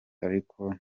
ariko